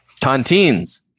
Tontines